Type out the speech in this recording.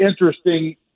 interesting